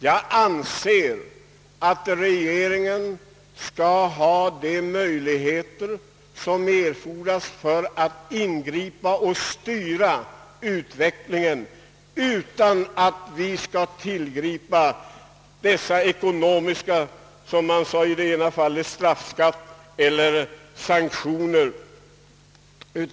Jag anser att regeringen måste ha de möjligheter som erfordras för att den skall kunna ingripa i och styra utvecklingen utan att behöva tillgripa straffskatter eller sanktioner.